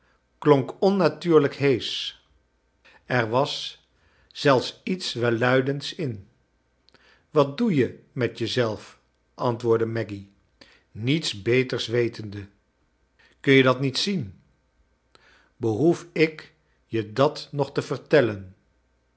klonk onnatuurlrjk heesch er was zelfs iets welluidends in wat doe je met je zelf antwoordde maggy niets beters wetende kun je dat niet zien behoef ik je dat nog te vertellen